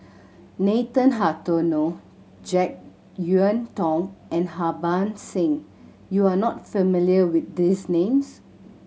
Nathan Hartono Jek Yeun Thong and Harbans Singh you are not familiar with these names